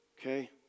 Okay